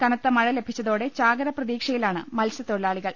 കനത്ത മഴ ലഭിച്ചതോടെ ചാകര പ്രതീക്ഷയിലാണ് മത്സ്യത്തൊഴിലാളികൾ